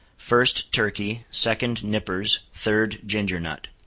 first, turkey second, nippers third, ginger nut.